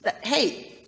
hey